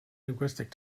linguistic